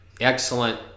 Excellent